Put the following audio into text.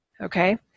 Okay